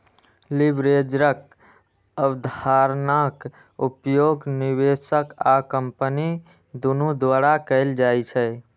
लीवरेजक अवधारणाक उपयोग निवेशक आ कंपनी दुनू द्वारा कैल जाइ छै